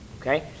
okay